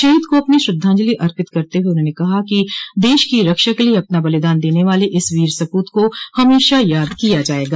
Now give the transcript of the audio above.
शहीद को अपनी श्रद्धाजंलि अर्पित करते हुए उन्होंने कहा कि देश की रक्षा के लिए अपना बलिदान देने वाले इस वीर सपूत को हमेशा याद किया जायेगा